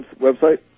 website